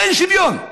אין שוויון,